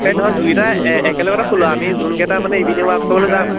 এই নহয় দুইটা এ একেলগ খোলো আমি যোনকেইটা মানে ইভিনিং ৱাক কৰিবলৈ যাম